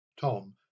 Tom